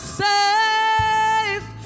safe